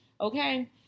okay